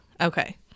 okay